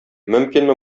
мөмкинме